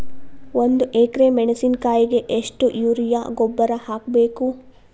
ಒಂದು ಎಕ್ರೆ ಮೆಣಸಿನಕಾಯಿಗೆ ಎಷ್ಟು ಯೂರಿಯಾ ಗೊಬ್ಬರ ಹಾಕ್ಬೇಕು?